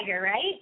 right